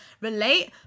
relate